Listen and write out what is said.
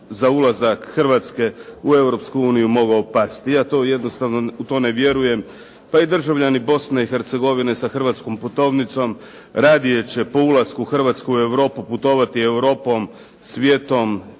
Europsku uniju mogao pasti. Ja to jednostavno, u to ne vjerujem. Pa i državljani Bosne i Hercegovine sa hrvatskom putovnicom radije će po ulasku Hrvatske u Europu putovati Europom, svijetom,